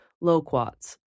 loquats